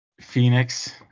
phoenix